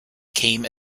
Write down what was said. came